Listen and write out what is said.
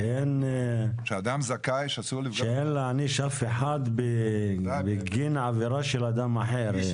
שאין להעניש אף אחד בגין עבירה של אדם אחר.